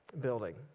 building